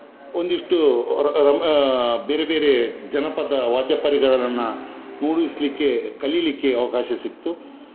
ಒಂದಿಷ್ಟು ಬೇರೆ ಬೇರೆ ಜನಪದ ವಾದ್ಯ ಪರಿಕರಗಳನ್ನ ಮೂಡಿಸಲಿಕ್ಕೆ ಕಲಿಲಿಕ್ಕೆ ಅವಕಾಶ ಸಿಕ್ಕಿತು